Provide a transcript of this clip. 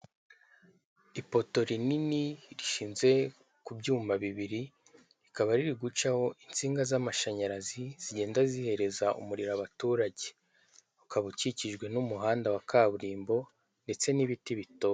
Ipoto rinini rishinze ku byuma bibiri, rikaba riri gucaho insinga z'amashanyarazi zigenda zihereza umuriro abaturage, ukaba ukikijwe n'umuhanda wa kaburimbo ndetse n'ibiti bitoshye.